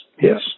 Yes